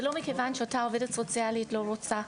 זה לא מכיוון שאותה עובדת סוציאלית לא רוצה.